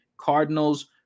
Cardinals